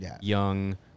young